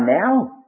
now